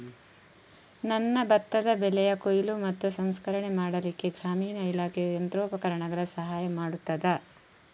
ನನ್ನ ಭತ್ತದ ಬೆಳೆಯ ಕೊಯ್ಲು ಮತ್ತು ಸಂಸ್ಕರಣೆ ಮಾಡಲಿಕ್ಕೆ ಗ್ರಾಮೀಣ ಇಲಾಖೆಯು ಯಂತ್ರೋಪಕರಣಗಳ ಸಹಾಯ ಮಾಡುತ್ತದಾ?